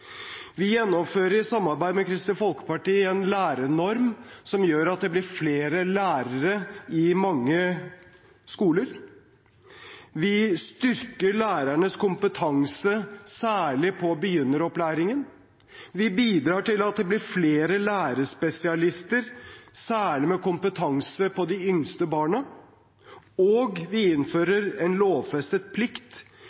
Vi gjennomfører, i samarbeid med Kristelig Folkeparti, en lærernorm, som gjør at det blir flere lærere i mange skoler. Vi styrker lærernes kompetanse, særlig på begynneropplæringen. Vi bidrar til at det blir flere lærerspesialister, særlig med kompetanse på de yngste barna. Og vi innfører en lovfestet plikt, slik at de